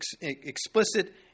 explicit